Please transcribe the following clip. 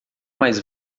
mais